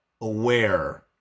aware